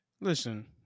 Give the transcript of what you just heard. Listen